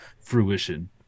fruition